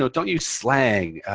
so don't use slang.